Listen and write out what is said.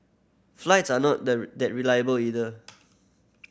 flights are not the that reliable either